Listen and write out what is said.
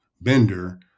bender